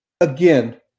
Again